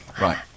right